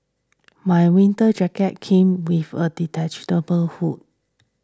my winter jacket came with a detachable hood